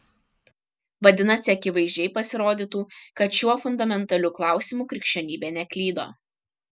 vadinasi akivaizdžiai pasirodytų kad šiuo fundamentaliu klausimu krikščionybė neklydo